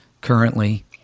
currently